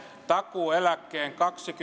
takuueläkkeen